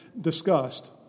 discussed